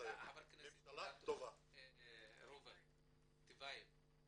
חבר הכנסת רוברט טיבייב,